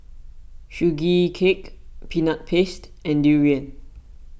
Sugee Cake Peanut Paste and Durian